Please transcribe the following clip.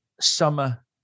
Summer